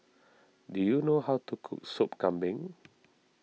do you know how to cook Sup Kambing